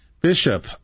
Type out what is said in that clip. Bishop